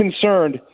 concerned